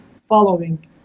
following